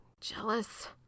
jealous